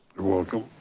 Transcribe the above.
you're welcome,